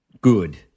good